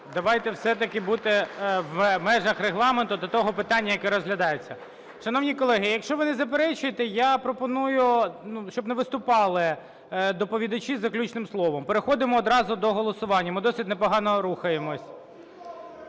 давайте все-таки бути в межах регламенту до того питання, яке розглядається. Шановні колеги, якщо ви не заперечуєте, я пропоную, ну, щоб не виступали доповідачі з заключним словом. Переходимо одразу до голосування, ми досить непогано рухаємось.